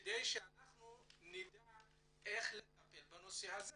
כדי שאנחנו נדע איך לטפל בנושא הזה.